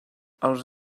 els